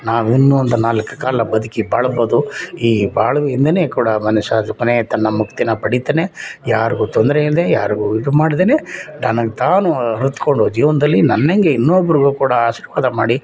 ನಾವು ಇನ್ನೊಂದು ನಾಲ್ಕು ಕಾಲ ಬದುಕಿ ಬಾಳ್ಬೋದು ಈ ಬಾಳು ಇಂದಲೇ ಕೂಡ ಮನುಷ್ಯ ಕೊನೆ ತನ್ನ ಮುಕ್ತಿಯನ್ನು ಪಡಿತಾನೆ ಯಾರಿಗೂ ತೊಂದರೆ ಇಲ್ಲದೇ ಯಾರಿಗೂ ಇದು ಮಾಡದೇನೆ ತಾನಾಗಿ ತಾನು ಅರಿತ್ಕೊಂಡು ಜೀವನದಲ್ಲಿ ನನ್ನಂತೆ ಇನ್ನೊಬ್ರಿಗೂ ಕೂಡ ಆಶೀರ್ವಾದ ಮಾಡಿ